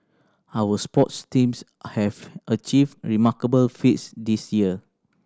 our sports teams have achieved remarkable feats this year